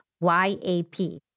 Y-A-P